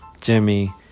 Jimmy